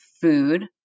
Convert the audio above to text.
food